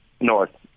North